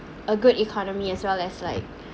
a good economy as well as like